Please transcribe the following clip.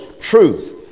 truth